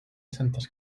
santes